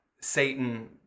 Satan